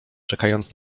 czekając